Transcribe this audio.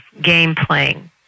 game-playing